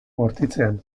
bortitzean